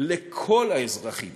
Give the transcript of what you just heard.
לכל האזרחים